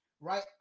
right